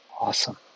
Awesome